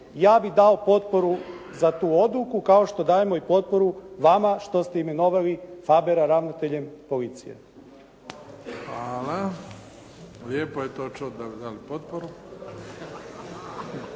ja bih dao potporu za tu odluku, kao što dajemo potporu vama što ste imenovali Fabera ravnateljem policije. **Bebić, Luka (HDZ)** Hvala. Lijepo je to čuti da bi dali potporu.